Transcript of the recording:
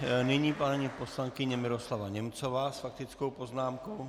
A nyní paní poslankyně Miroslava Němcová s faktickou poznámkou.